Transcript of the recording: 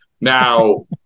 Now